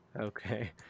Okay